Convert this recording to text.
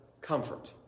comfort